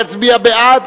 יצביע בעד,